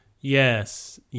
yes